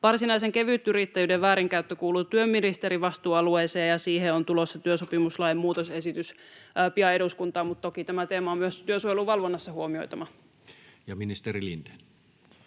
Varsinaisen kevytyrittäjyyden väärinkäyttö kuuluu työministerin vastuualueeseen, ja siihen on tulossa työsopimuslain muutosesitys pian eduskuntaan, mutta toki tämä teema on myös työsuojeluvalvonnassa huomioitava. Ja ministeri Lindén.